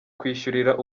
kwishyurira